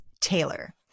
Taylor